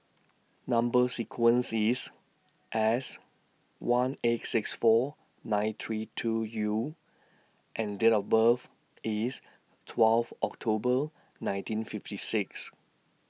Number sequence IS S one eight six four nine three two U and Date of birth IS twelve October nineteen fifty six